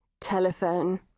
Telephone